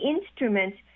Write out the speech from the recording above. instruments